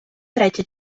третя